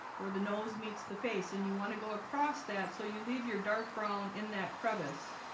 where the nose meets the face and you want to go across that so you leave your dark brown in that crevice?